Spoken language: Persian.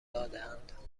دادهاند